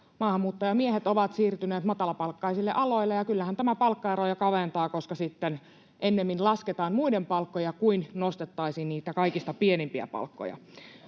maahanmuuttajamiehet ovat siirtyneet matalapalkkaisille aloille, ja kyllähän tämä palkkaeroja kaventaa, koska sitten ennemmin lasketaan muiden palkkoja kuin nostettaisiin niitä kaikista pienimpiä palkkoja.